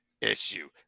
issue